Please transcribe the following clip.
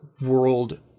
world